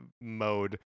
mode